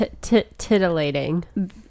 titillating